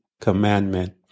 commandment